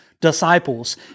disciples